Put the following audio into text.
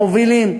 המובילים,